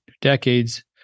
decades